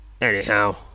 anyhow